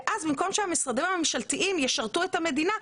ואז במקום שהמשרדים הממשלתיים ישרתו את המדינה,